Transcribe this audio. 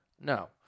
No